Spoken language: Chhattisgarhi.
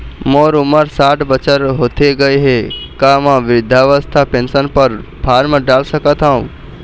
मोर उमर साठ बछर होथे गए हे का म वृद्धावस्था पेंशन पर फार्म डाल सकत हंव?